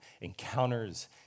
encounters